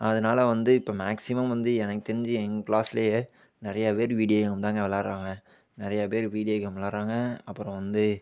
அதனால வந்து இப்போ மேக்ஸிமம் வந்து எனக்கு தெரிஞ்சு எங்கள் க்ளாஸ்லேயே நிறையா பேர் வீடியோ கேம் தாங்க விளாயாடுறாங்க நிறையா பேர் வீடியோ கேம் விளாயாடுறாங்க அப்புறம் வந்து